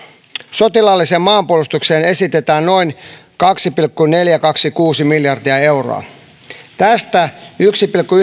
sotilaalliseen maanpuolustukseen esitetään noin kaksi pilkku neljäsataakaksikymmentäkuusi miljardia euroa tästä yksi pilkku